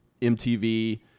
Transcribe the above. MTV